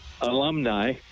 alumni